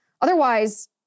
Otherwise